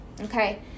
Okay